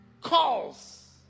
calls